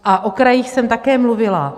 A o krajích jsem také mluvila.